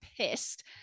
pissed